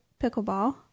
Pickleball